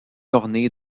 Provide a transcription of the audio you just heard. ornée